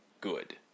good